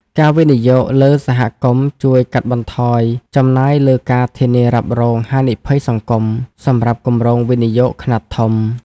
ការវិនិយោគលើសហគមន៍ជួយកាត់បន្ថយចំណាយលើការធានារ៉ាប់រងហានិភ័យសង្គម សម្រាប់គម្រោងវិនិយោគខ្នាតធំ។